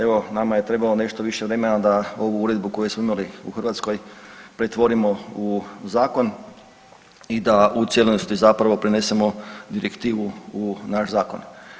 Evo, nama je trebalo nešto više vremena da ovu uredbu koju smo imali u Hrvatskoj pretvorimo u Zakon i da u cijelosti zapravo prenesemo direktivu u naš zakon.